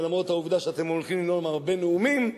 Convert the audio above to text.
ולמרות העובדה שאתם הולכים לנאום הרבה נאומים,